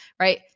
right